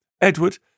Edward